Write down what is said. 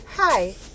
Hi